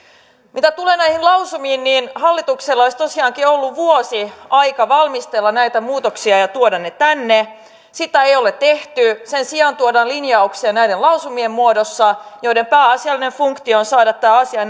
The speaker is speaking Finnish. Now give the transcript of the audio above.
mitä tulee näihin lausumiin niin hallituksella olisi tosiaankin ollut vuosi aikaa valmistella näitä muutoksia ja tuoda ne tänne sitä ei ole tehty sen sijaan tuodaan linjauksia näiden lausumien muodossa joiden pääasiallinen funktio on saada tämä asia